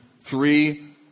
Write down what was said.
three